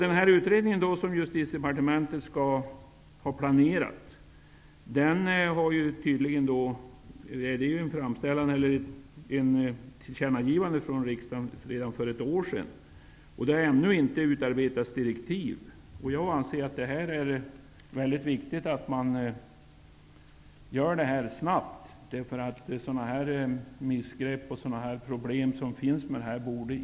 Den utredning som Justitiedepartementet har planerat bygger tydligen på ett tillkännagivande från riksdagen redan för ett år sedan. Det har ännu inte utarbetats direktiv. Jag anser att det är mycket viktigt att man gör det snabbt. Det borde inte få förekomma att lagen ställer till med sådana här problem.